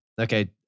Okay